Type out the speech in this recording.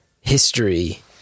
history